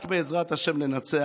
רק בעזרת השם ננצח.